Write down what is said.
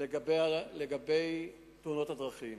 לגבי תאונות הדרכים